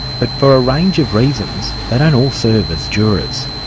but for a range of reasons, they don't all serve as jurors.